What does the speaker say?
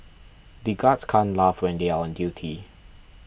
the guards can't laugh until they are on duty